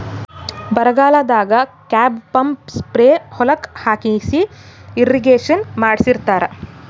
ಬರಗಾಲದಾಗ tube pump spray ಹೊಲಕ್ಕ್ ಹಾಕಿಸಿ ಇರ್ರೀಗೇಷನ್ ಮಾಡ್ಸತ್ತರ